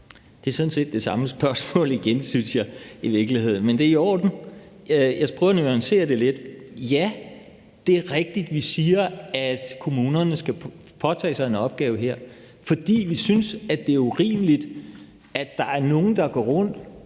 Det er sådan set det samme spørgsmål igen, synes jeg i virkeligheden, men det er i orden. Jeg skal prøve at nuancere det lidt. Ja, det er rigtigt, at vi siger, at kommunerne skal påtage sig en opgave her, fordi vi synes, at det er urimeligt, at der er nogle, der går rundt